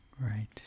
Right